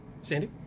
Sandy